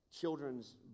children's